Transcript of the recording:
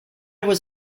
was